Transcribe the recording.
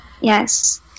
Yes